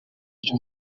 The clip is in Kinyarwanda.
ryo